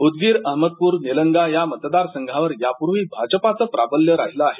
उदगीरअहमदपूरनिलंगा यामतदारसंघावर यापूर्वी भाजपाचे प्राबल्य राहीले आहे